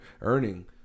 earning